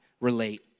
relate